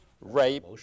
rape